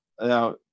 Now